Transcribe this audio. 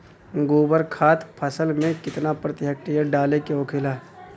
गोबर खाद फसल में कितना प्रति हेक्टेयर डाले के होखेला?